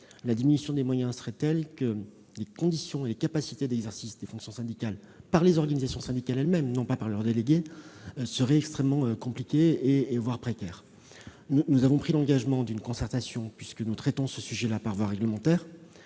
la diminution des moyens serait telle que les conditions et les capacités d'exercice des fonctions syndicales non par les délégués, mais par les organisations syndicales elles-mêmes, seraient extrêmement compliquées, voire précaires. Nous avons pris l'engagement d'une concertation, puisque nous traitons ce sujet par voie réglementaire.